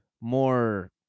more